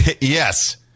Yes